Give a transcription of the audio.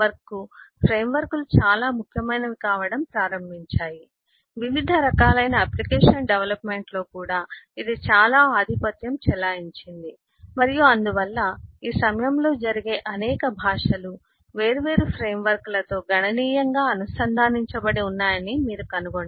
NET framework ఫ్రేమ్వర్క్లు చాలా ముఖ్యమైనవి కావడం ప్రారంభించాయి వివిధ రకాలైన అప్లికేషన్ డెవలప్మెంట్లో కూడా ఇది చాలా ఆధిపత్యం చెలాయించింది మరియు అందువల్ల ఈ సమయంలో జరిగే అనేక భాషలు వేర్వేరు ఫ్రేమ్వర్క్లతో గణనీయంగా అనుసంధానించబడి ఉన్నాయని మీరు కనుగొంటారు